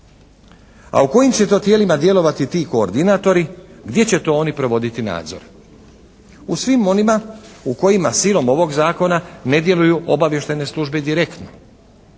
A u kojim će to tijelima djelovati ti koordinatori? Gdje će to oni provoditi nadzor? U svim onima u kojima silom ovog zakona ne djeluju obavještajne službe direktno.